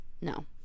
No